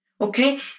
okay